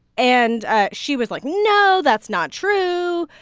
and ah she was like, no, that's not true.